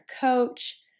coach